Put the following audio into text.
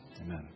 amen